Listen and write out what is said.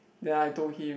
then I told him